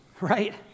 right